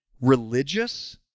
religious